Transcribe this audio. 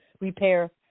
repair